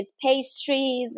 pastries